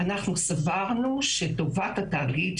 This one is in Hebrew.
אנחנו סברנו שטובת התאגיד,